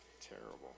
terrible